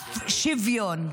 אף שוויון.